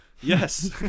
yes